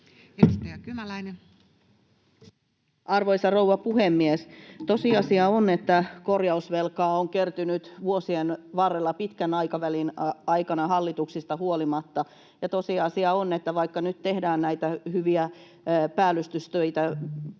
Edustaja Kymäläinen. Arvoisa rouva puhemies! Tosiasia on, että korjausvelkaa on kertynyt vuosien varrella pitkän aikavälin aikana hallituksista huolimatta, ja tosiasia on, että vaikka nyt tehdään näitä hyviä päällystystöitä,